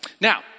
Now